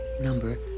number